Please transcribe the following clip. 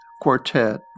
Quartet